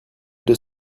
deux